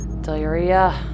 diarrhea